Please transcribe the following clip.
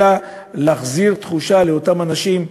אלא להחזיר את התחושה לאותם אנשים,